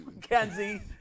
Kenzie